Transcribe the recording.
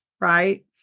Right